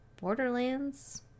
Borderlands